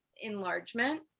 enlargement